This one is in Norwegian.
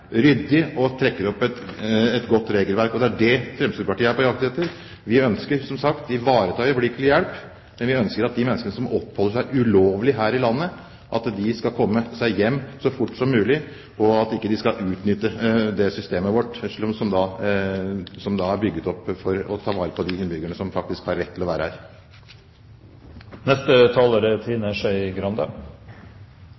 ryddig og trekker opp et godt regelverk. Det er det Fremskrittspartiet er på jakt etter. Vi ønsker som sagt å ivareta øyeblikkelig hjelp, men vi ønsker at de menneskene som oppholder seg ulovlig her i landet, skal komme seg hjem så fort som mulig, og at de ikke skal utnytte systemet vårt, som faktisk er bygd opp for å ta vare på de innbyggerne som har rett til å være her. Jeg tror representanten Gåsvatn er